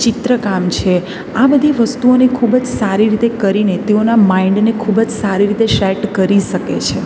ચિત્રકામ છે આ બધી વસ્તુઓને ખૂબ જ સારી રીતે કરીને તેઓના માઇન્ડને ખૂબ જ સારી રીતે સેટ કરી શકે છે